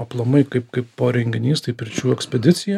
aplamai kaip kaipo renginys tai pirčių ekspedicija